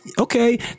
okay